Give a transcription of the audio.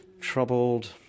troubled